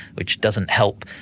which doesn't help.